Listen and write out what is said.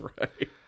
Right